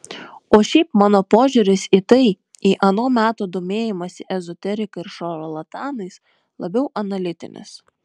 o šiaip mano požiūris į tai į ano meto domėjimąsi ezoterika ir šarlatanais labiau analitinis